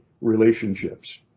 relationships